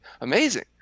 amazing